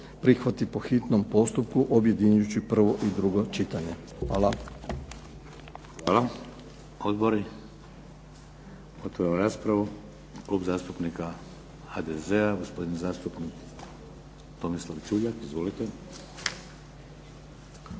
prihvati po hitnom postupku objedinjujući prvo i drugo čitanje. Hvala. **Šeks, Vladimir (HDZ)** Hvala. Odbori? Otvaram raspravu. Klub zastupnika HDZ-a gospodin zastupnik Tomislav Čuljak. Izvolite.